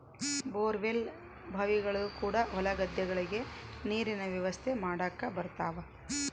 bore well ಬಾವಿಗಳು ಕೂಡ ಹೊಲ ಗದ್ದೆಗಳಿಗೆ ನೀರಿನ ವ್ಯವಸ್ಥೆ ಮಾಡಕ ಬರುತವ